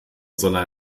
sondern